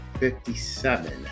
57